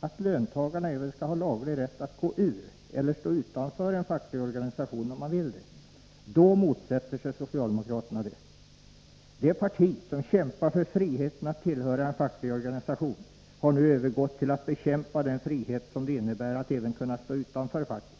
att löntagarna även skall ha laglig rätt att gå ur eller stå utanför en facklig organisation, om de vill göra det, motsätter sig socialdemokraterna detta. Det parti som kämpade för friheten att tillhöra en facklig organisation har nu övergått till att bekämpa den frihet som det innebär att även kunna stå utanför facket.